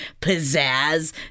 pizzazz